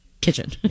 kitchen